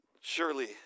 Surely